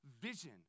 vision